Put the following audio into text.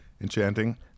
Enchanting